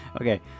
Okay